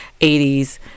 80s